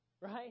Right